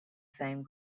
same